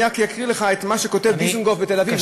אני רק אקריא לך את מה שכותב דיזנגוף בתל-אביב,